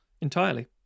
entirely